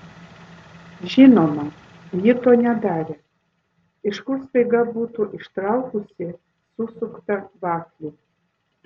žinoma ji to nedarė iš kur staiga būtų ištraukusi susuktą vaflį